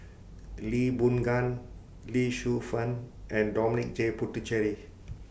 Lee Boon Ngan Lee Shu Fen and Dominic J Puthucheary